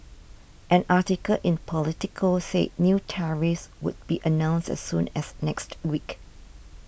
an article in Politico said new tariffs would be announced as soon as next week